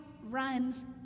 runs